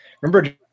remember